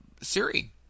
Siri